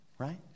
right